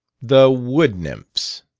the wood-nymphs,